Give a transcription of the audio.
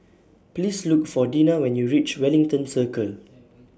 Please Look For Dina when YOU REACH Wellington Circle